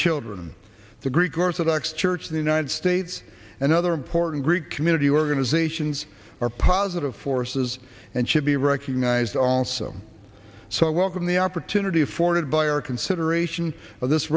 children the greek orthodox church the united states and other important greek community organizations are positive forces and should be recognized also so i welcome the opportunity afforded by our consideration of this